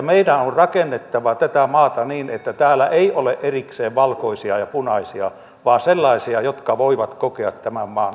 meidän on rakennettava tätä maata niin että täällä ei ole erikseen valkoisia ja punaisia vaan sellaisia jotka voivat kokea tämän maan omakseen